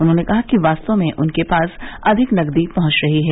उन्हॉने कहा कि वास्तव में उनके पास अधिक नकदी पहुंच रही है